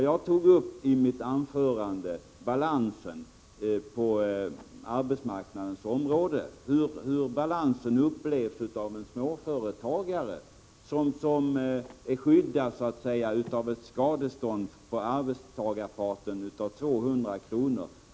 Jag tog i mitt anförande upp hur balansen på arbetsmarknaden upplevs av en småföretagare, som så att säga är skyddad av ett skadestånd från arbetstagarparten på 200 kr.